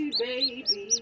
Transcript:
baby